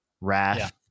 wrath